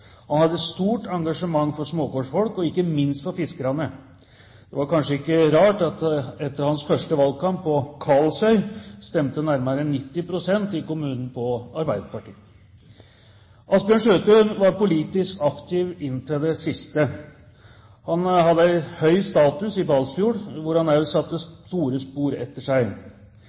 Han hadde et stort engasjement for småkårsfolk, og ikke minst for fiskerne. Det var kanskje ikke rart at etter hans første valgkamp på Karlsøy stemte nærmere 90 pst. i kommunen på Arbeiderpartiet. Asbjørn Sjøthun var politisk aktiv inntil det siste. Han hadde en høy status i Balsfjord, hvor han også satt store spor etter seg.